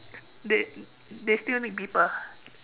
they they still need people ah